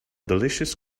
delicious